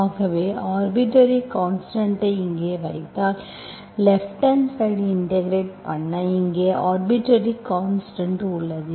ஆகவே arbitrary constant ஐ இங்கே வைத்தால் லேப்ப்ட்ஹாண்ட் சைடு இன்டெகிரெட் பண்ண இங்கே ஆர்பிட்டர்ரி கான்ஸ்டன்ட் உள்ளது